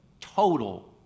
Total